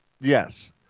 Yes